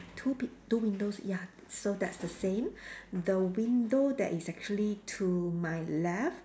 two pi~ two windows ya so that's the same the window that is actually to my left